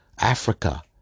Africa